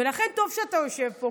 ולכן טוב שאתה יושב פה,